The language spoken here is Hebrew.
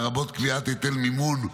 לרבות קביעת היטל מימון ,